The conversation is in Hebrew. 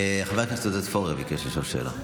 חבר הכנסת עודד פורר ביקש לשאול שאלה.